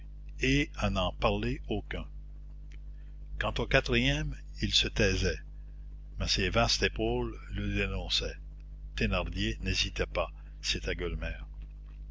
et à n'en parler aucun quant au quatrième il se taisait mais ses vastes épaules le dénonçaient thénardier n'hésita pas c'était